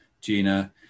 Gina